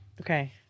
Okay